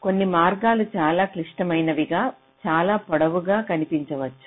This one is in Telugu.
కొన్ని మార్గాలు చాలా క్లిష్టమైనవి గా చాలా పొడవుగా కనిపించవచ్చు